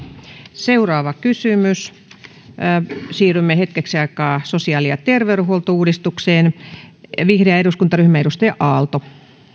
seuraava kysymys siirrymme hetkeksi aikaa sosiaali ja terveydenhuoltouudistukseen vihreä eduskuntaryhmä edustaja aalto